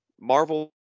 Marvel